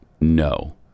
no